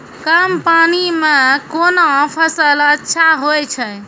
कम पानी म कोन फसल अच्छाहोय छै?